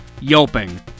yelping